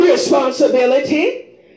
responsibility